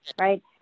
right